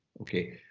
Okay